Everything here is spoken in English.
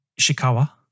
Shikawa